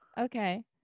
Okay